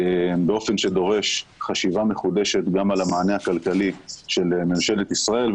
באופן שדורש חשיבה מחודשת גם על המענה הכלכלי של ממשלת ישראל,